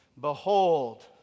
Behold